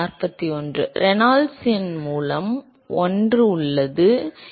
மாணவர் ரெனால்ட்ஸ் எண் மூலம் 1 உள்ளது சரி